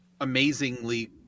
amazingly